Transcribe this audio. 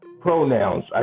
pronouns